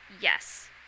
Yes